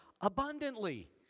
abundantly